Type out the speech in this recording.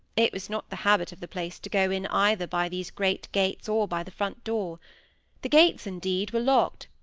it was not the habit of the place to go in either by these great gates or by the front door the gates, indeed, were locked,